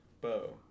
Bow